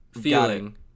feeling